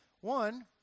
One